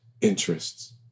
interests